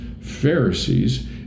Pharisees